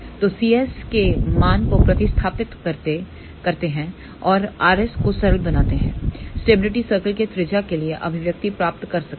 तोcs के मान को प्रतिस्थापित करते हैं और rs को सरल बनाते हैं स्टेबिलिटी सर्कल के त्रिज्या के लिए अभिव्यक्ति प्राप्त कर सकते हैं